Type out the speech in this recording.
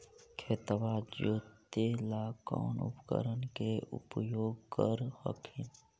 खेतबा जोते ला कौन उपकरण के उपयोग कर हखिन?